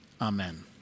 amen